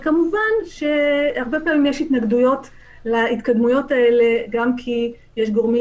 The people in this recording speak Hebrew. כמובן שהרבה פעמים יש התנגדויות להתקדמויות האלה גם כי יש גורמים